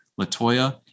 Latoya